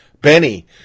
Benny